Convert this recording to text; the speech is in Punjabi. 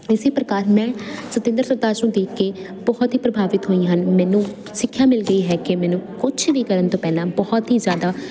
ਇਸੇ ਪ੍ਰਕਾਰ ਮੈਂ ਸਤਿੰਦਰ ਸਰਤਾਜ ਨੂੰ ਦੇਖ ਕੇ ਬਹੁਤ ਹੀ ਪ੍ਰਭਾਵਿਤ ਹੋਈ ਹਾਂ ਮੈਨੂੰ ਸਿੱਖਿਆ ਮਿਲਦੀ ਹੈ ਕਿ ਮੈਨੂੰ ਕੁਛ ਵੀ ਕਰਨ ਤੋਂ ਪਹਿਲਾਂ ਬਹੁਤ ਹੀ ਜ਼ਿਆਦਾ